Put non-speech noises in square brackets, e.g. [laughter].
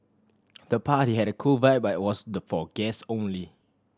the party had a cool vibe but was [unintelligible] for guest only